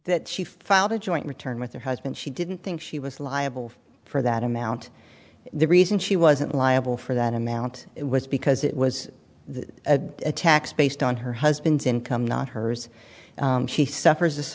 that she filed a joint return with her husband she didn't think she was liable for that amount the reason she wasn't liable for that amount was because it was a tax based on her husband's income not hers she suffers